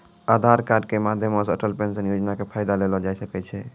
आधार कार्ड के माध्यमो से अटल पेंशन योजना के फायदा लेलो जाय सकै छै